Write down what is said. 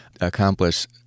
accomplish